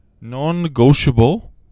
non-negotiable